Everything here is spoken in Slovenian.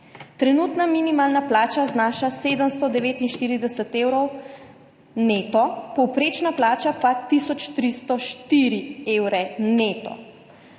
Trenutna minimalna plača znaša 749 evrov neto, povprečna plača pa tisoč 304 evre neto.